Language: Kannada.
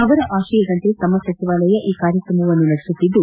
ಅವರ ಆಶಯದಂತೆ ತಮ್ಮ ಸಚಿವಾಲಯ ಈ ಕಾರ್ಯಕ್ರಮವನ್ನು ನಡೆಸುತ್ತಿದ್ದು